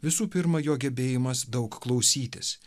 visų pirma jo gebėjimas daug klausytis